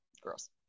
gross